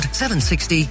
760